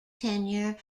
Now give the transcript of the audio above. tenure